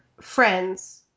friends